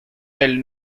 del